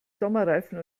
sommerreifen